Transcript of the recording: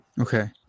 Okay